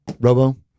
Robo